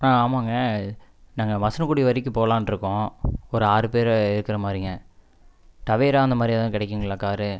ஆ ஆமாங்க நாங்க ள் வசனக்குடி வரைக்கும் போகலான்னு இருக்கோம் ஒரு ஆறு பேரு இருக்கிற மாதிரிங்க டவேரா அந்த மாதிரி எதுவும் கிடைக்குங்களா காரு